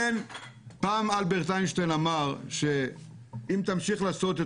פעם אלברט איינשטיין אמר שאם תמשיך לעשות את